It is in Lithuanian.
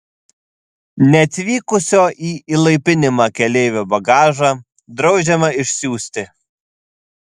neatvykusio į įlaipinimą keleivio bagažą draudžiama išsiųsti